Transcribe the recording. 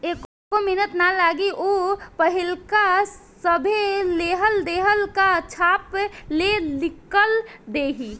एक्को मिनट ना लागी ऊ पाहिलका सभे लेहल देहल का छाप के निकल दिहि